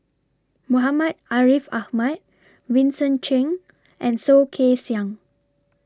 Muhammad Ariff Ahmad Vincent Cheng and Soh Kay Siang